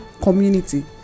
community